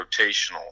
rotational